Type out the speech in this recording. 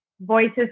voices